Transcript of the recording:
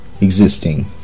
Existing